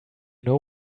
know